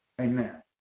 Amen